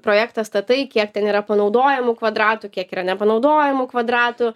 projektą statai kiek ten yra panaudojamų kvadratų kiek yra nepanaudojamų kvadratų